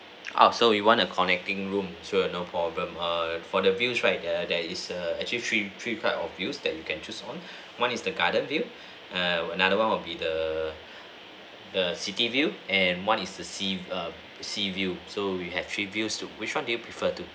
oh so you want a connecting room sure no problem err for the views right there there is err actually three three type of views that you can choose on one is the garden view err another one will be the the city view and one is the sea err sea view so we have three views to which [one] do you prefer to